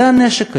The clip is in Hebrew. זה הנשק היום.